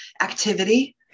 activity